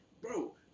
bro